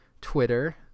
twitter